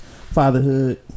Fatherhood